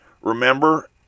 Remember